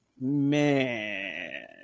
man